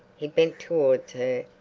he bent towards